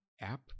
app